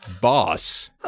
boss